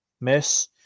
miss